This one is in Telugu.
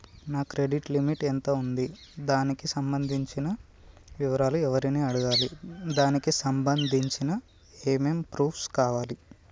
నా క్రెడిట్ లిమిట్ ఎంత ఉంది? దానికి సంబంధించిన వివరాలు ఎవరిని అడగాలి? దానికి సంబంధించిన ఏమేం ప్రూఫ్స్ కావాలి?